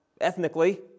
ethnically